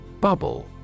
bubble